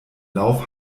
lauf